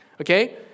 okay